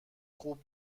خوب